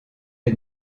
est